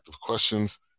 questions